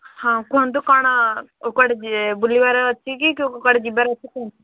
ହଁ କୁହନ୍ତୁ କ'ଣ ଆଉ କୁଆଡ଼େ ବୁଲିବାର ଅଛି କି କୁଆଡ଼େ ଯିବାର ଅଛି କୁହନ୍ତୁ